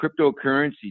cryptocurrency